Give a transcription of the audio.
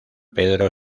pedro